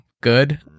good